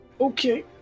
okay